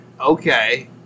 Okay